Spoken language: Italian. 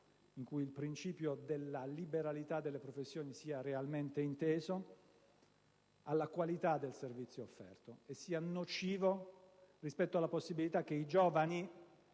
in cui il principio della liberalità delle professioni sia realmente inteso - della qualità del servizio offerto, oltre che della possibilità per i giovani